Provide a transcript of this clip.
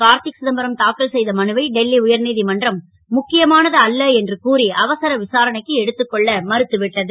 கார்த் க் சிதம்பரம் தாக்கல் செ த மனுவை டெல்லி உயர்நீ மன்றம் முக்கியமானது அல்ல என்று கூறி அவசர விசாரணைக்கு எடுத்துக் கொள்ள மறுத்துவிட்டது